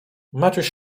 maciuś